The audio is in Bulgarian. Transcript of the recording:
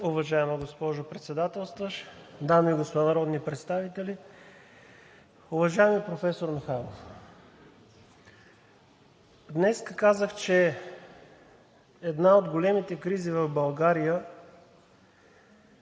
Уважаема госпожо Председателстващ, дами и господа народни представители! Уважаеми професор Михайлов, днес казах, че една от големите кризи в България,